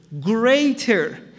greater